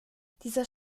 dieser